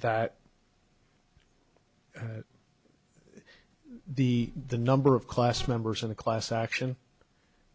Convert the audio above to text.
that the the number of class members in the class action